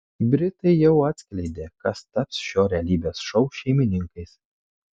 britai jau atskleidė kas taps šio realybės šou šeimininkais